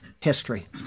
history